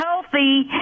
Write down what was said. healthy